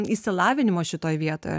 išsilavinimo šitoj vietoj